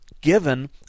given